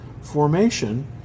formation